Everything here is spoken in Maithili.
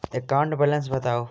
एकाउंट बैलेंस बताउ